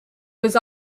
was